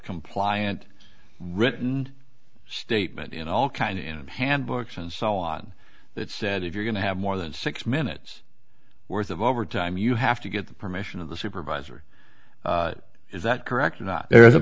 compliant written statement in all kind of hand books and so on that said if you're going to have more than six minutes worth of overtime you have to get the permission of the supervisor is that correct or not there is a